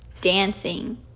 dancing